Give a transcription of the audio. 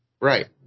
Right